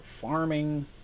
farming